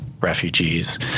refugees